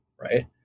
right